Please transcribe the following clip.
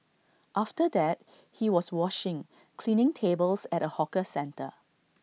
after that he was washing cleaning tables at A hawker centre